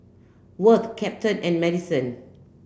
Worth Captain and Maddison